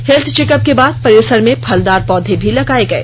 health checkup के बाद परिसर में फलदार पौधे भी लगाए गए